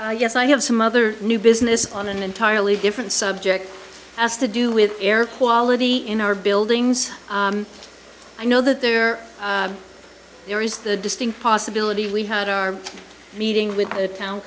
smith yes i have some other new business on an entirely different subject has to do with air quality in our buildings i know that there there is the distinct possibility we had our meeting with the town